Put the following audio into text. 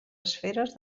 esferes